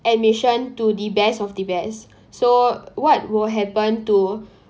admission to the best of the best so what will happen to